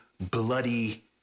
bloody